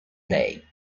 day